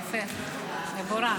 יפה, מבורך.